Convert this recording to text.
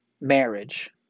marriage